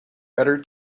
better